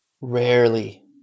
Rarely